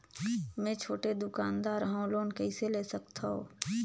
मे छोटे दुकानदार हवं लोन कइसे ले सकथव?